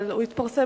אבל הוא התפרסם,